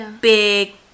big